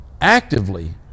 actively